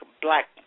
Black